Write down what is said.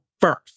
first